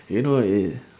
you know it